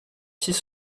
six